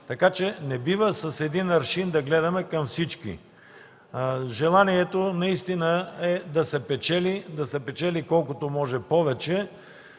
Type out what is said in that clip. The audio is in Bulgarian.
Така че не бива с един аршин да гледаме към всички. Желанието наистина е да се печели, да се печели